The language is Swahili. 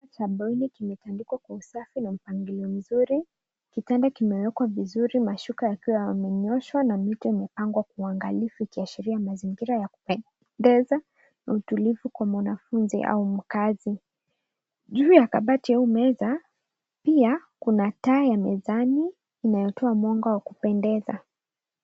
Chumba hili kimetandikwa kwa usafi na mpangilio mzuri. Kitanda kimewekwa vizuri mashuka yakiwa yamenyooshwa na mito imepangwa kwa uangalifu ikiashiria mazingira ya kupendeza, utulivu kwa mwanafunzi au mkaazi. Juu ya kabati au meza, pia kuna taa ya mezani inayotoa mwanga wa kupendeza.